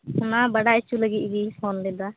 ᱚᱱᱟ ᱵᱟᱰᱟᱭ ᱚᱪᱚ ᱞᱟᱹᱜᱤᱫ ᱜᱮᱧ ᱯᱷᱳᱱ ᱞᱮᱫᱟ